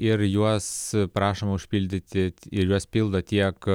ir juos prašoma užpildyti ir juos pildo tiek